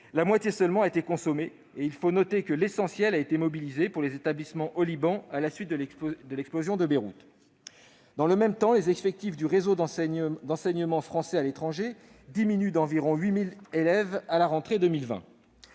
la moitié seulement a été consommée et l'essentiel- il faut le noter -a été mobilisé pour les établissements au Liban à la suite de l'explosion de Beyrouth. Dans le même temps, les effectifs du réseau d'enseignement français à l'étranger ont été amputés de 8 000 élèves environ, à la rentrée 2020.